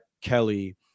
Kelly